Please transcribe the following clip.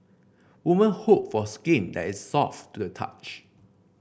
woman hope for skin that is soft to the touch